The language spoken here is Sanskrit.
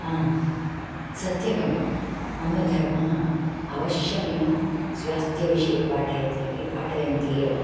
आम् सत्यमेव मम धर्मः अवश्यमेव स्वास्थ्यविषये पाठयन्ति एव